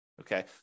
Okay